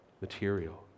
material